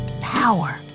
power